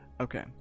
Okay